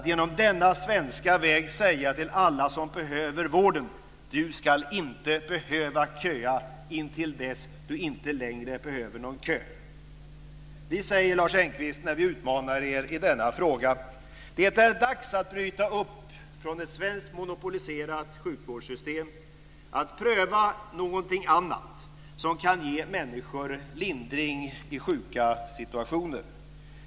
Genom denna svenska väg kan vi säga till alla som behöver vården: Du ska inte behöva köa intill dess du inte behöver någon kö. När vi utmanar er i denna fråga, Lars Engqvist, säger vi: Det är dags att bryta upp från ett svenskt monopoliserat sjukvårdssystem och pröva någonting annat som kan ge människor lindring i sjuka situationer.